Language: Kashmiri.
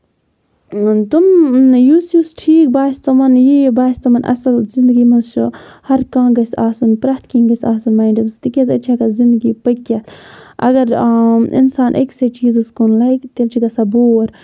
تِم یُس یُس ٹھیٖک باسہِ تِمَن یہِ یہِ باسہِ تِمَن اَصٕل زِندگی منٛز چھُ ہر کانٛہہ گژھِ آسُن پرٮ۪تھ کیٚنٛہہ گژھِ آسُن ماینڈَس تِکیازِ ادٕ چھِ ہیٚکان زِندگی پٔکِتھ اَگر اِنسان أکسٕے چیٖزَس کُن لَگہِ تیٚلہِ چھُ گژھان بور